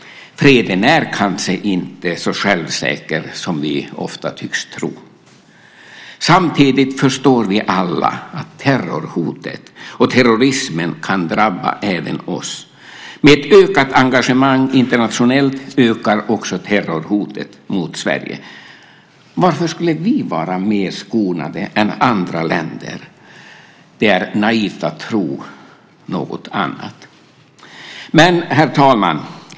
Freden är kanske inte så självklar som vi ofta tycks tro. Samtidigt förstår vi alla att terrorhotet och terrorismen kan drabba även oss. Med ett ökat engagemang internationellt ökar också terrorhotet mot Sverige. Varför skulle vi vara mer skonade än andra länder? Det är naivt att tro något annat. Herr talman!